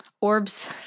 Orbs